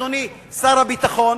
אדוני שר הביטחון,